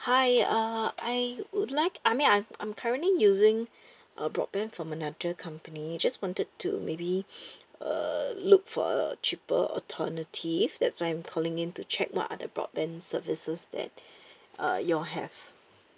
hi uh I would like I mean I'm ~ I'm currently using a broadband from another company just wanted to maybe uh look for a cheaper alternative that's why I'm calling in to check what are the broadband services that uh you all have